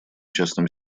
частным